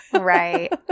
right